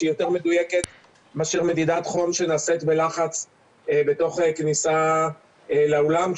שהיא יותר מדויקת מאשר מדידת חום שנעשית בלחץ בתוך כניסה לאולם,